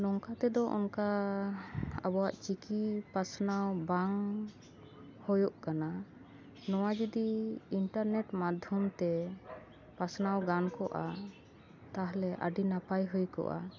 ᱱᱚᱝᱠᱟ ᱛᱮᱫᱚ ᱚᱱᱠᱟ ᱟᱵᱚᱣᱟᱜ ᱪᱤᱠᱤ ᱯᱟᱥᱱᱟᱣ ᱵᱟᱝ ᱦᱩᱭᱩᱜ ᱠᱟᱱᱟ ᱱᱚᱣᱟ ᱡᱚᱫᱤ ᱤᱱᱴᱮᱨᱱᱮᱴ ᱢᱟᱫᱽᱫᱷᱚᱢ ᱛᱮ ᱯᱟᱥᱱᱟᱣ ᱜᱟᱱ ᱠᱚᱜᱼᱟ ᱛᱟᱦᱚᱞᱮ ᱟᱹᱰᱤ ᱱᱟᱯᱟᱭ ᱦᱩᱭ ᱠᱚᱜᱼᱟ